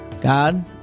God